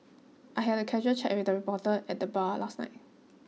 I had a casual chat with a reporter at the bar last night